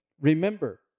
remember